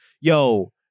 yo